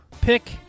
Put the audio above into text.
pick